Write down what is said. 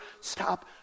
stop